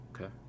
Okay